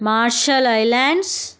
marshall islands